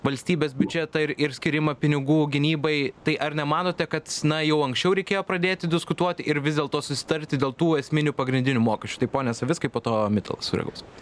valstybės biudžetą ir ir skyrimą pinigų gynybai tai ar nemanote kad s na jau anksčiau reikėjo pradėti diskutuoti ir vis dėlto susitarti dėl tų esminių pagrindinių mokesčių tai pone savickai po to mitalas sureaguos